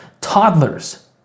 toddlers